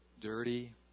dirty